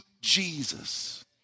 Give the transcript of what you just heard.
Jesus